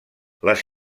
les